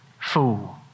Fool